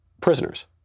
prisoners